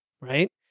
right